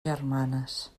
germanes